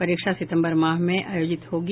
परीक्षा सितम्बर माह में आयोजित होगी